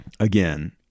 Again